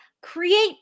create